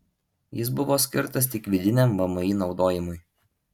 jis buvo skirtas tik vidiniam vmi naudojimui